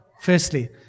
firstly